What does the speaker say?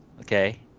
okay